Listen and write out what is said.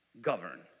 govern